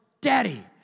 Daddy